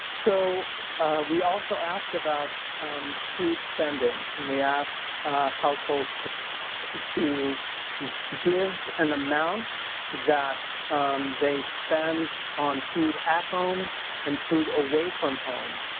so we also ask about food spending. and we ask households to to give an amount that they spend on food at home and food away from home